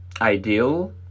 ideal